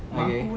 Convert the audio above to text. okay